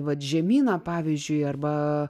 vat žemyna pavyzdžiui arba